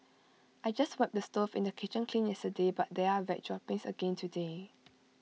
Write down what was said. I just wiped the stove in the kitchen clean yesterday but there are rat droppings again today